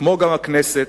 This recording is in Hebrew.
כמו הכנסת,